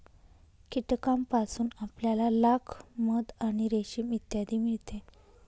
कीटकांपासून आपल्याला लाख, मध आणि रेशीम इत्यादी मिळते